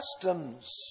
customs